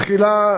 תחילה,